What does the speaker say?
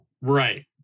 Right